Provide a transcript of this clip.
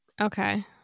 Okay